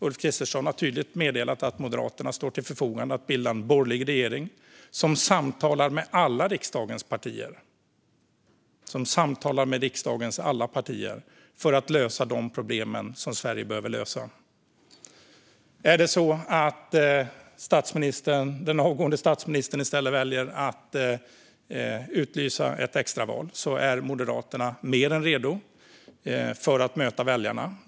Ulf Kristersson har tydligt meddelat att Moderaterna står till för fogande för att bilda en borgerlig regering som samtalar med riksdagens alla partier för att lösa de problem som Sverige behöver lösa. Om den avgående statsministern i stället väljer att utlysa ett extra val är Moderaterna mer än redo för att möta väljarna.